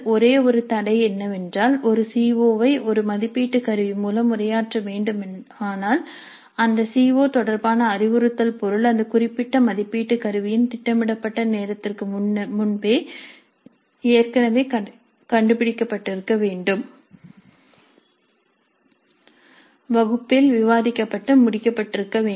ஒரே ஒரு தடை என்னவென்றால் ஒரு சிஓ ஐ ஒரு மதிப்பீட்டு கருவி மூலம் உரையாற்ற வேண்டுமானால் அந்த சிஓ தொடர்பான அறிவுறுத்தல் பொருள் அந்த குறிப்பிட்ட மதிப்பீட்டு கருவியின் திட்டமிடப்பட்ட நேரத்திற்கு முன்பே ஏற்கனவே கண்டுபிடிக்கப்பட்டிருக்க வேண்டும் வகுப்பில் விவாதிக்கப்பட்டு முடிக்கப்பட்டிருக்க வேண்டும்